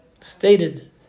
stated